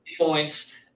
points